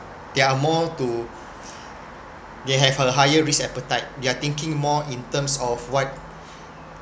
they are more to they have a higher risk appetite they are thinking more in terms of what